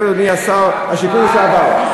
כן, אדוני שר השיכון לשעבר.